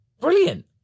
Brilliant